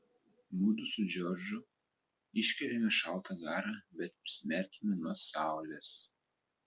mudu su džordžu iškvepiame šaltą garą bet prisimerkiame nuo saulės